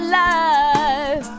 life